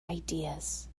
ideas